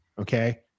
Okay